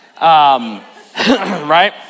right